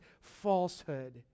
falsehood